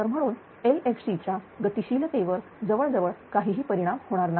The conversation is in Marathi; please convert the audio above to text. तर म्हणून LFC च्या गतिशीलते वर जवळ जवळ काहीही परिणाम होणार नाही